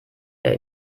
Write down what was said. der